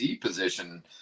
position